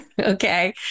Okay